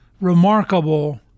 remarkable